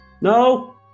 No